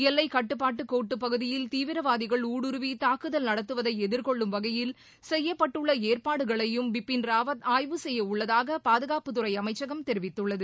எல்லைக் கட்டுப்பாட்டு கோட்டுப் பகுதியில் தீவிரவாதிகள் ஊடுருவி தாக்குதல் நடத்துவதை எதிர்கொள்ளும் வகையில் செய்யப்பட்டுள்ள ஏற்பாடுகளையும் பிபின் ராவத் ஆய்வு செய்யவுள்ளதாக பாதுகாப்புத்துறை அமைச்சகம் தெரிவித்துள்ளது